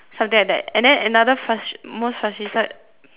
something like that and then another frus~ most frustrated